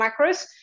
macros